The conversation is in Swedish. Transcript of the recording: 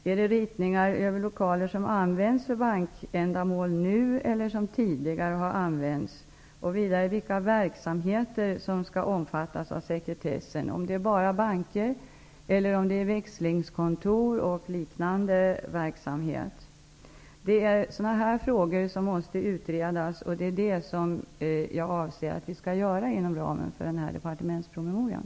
Är det ritningar över lokaler som används för bankändamål nu, eller som tidigare har använts för bankändamål? Vilka verksamheter skall omfattas av sekretess? Är det bara banker, eller skall även växlingskontor och liknande verksamhet omfattas av sekretess? Dessa frågor måste utredas, och det avser jag att vi skall göra inom ramen för departementspromemorian.